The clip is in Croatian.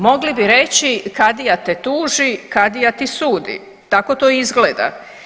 Mogli bi reći kadija te tuži, kadija ti sudi, tako to izgleda.